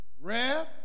Rev